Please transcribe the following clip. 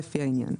לפי העניין,